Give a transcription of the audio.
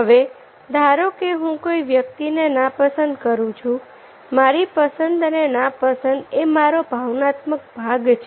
હવે ધારો કે હું કોઈ વ્યક્તિને નાપસંદ કરું છું મારી પસંદ અને નાપસંદ એ મારો ભાવનાત્મક ભાગ છે